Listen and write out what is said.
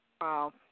Wow